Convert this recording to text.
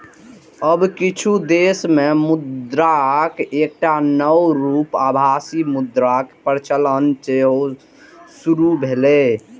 आब किछु देश मे मुद्राक एकटा नव रूप आभासी मुद्राक प्रचलन सेहो शुरू भेलैए